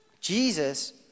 Jesus